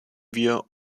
wir